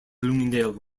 bloomingdale